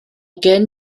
gen